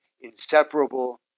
inseparable